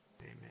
Amen